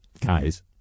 guys